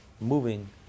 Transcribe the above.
moving